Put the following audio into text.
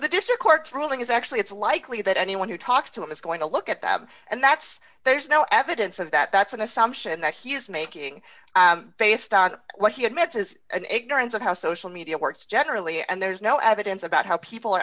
district court's ruling is actually it's likely that anyone who talks to him is going to look at that and that's there's no evidence of that that's an assumption that he is making based on what he admits is ignorance of how social media works generally and there's no evidence about how people are